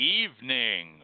evening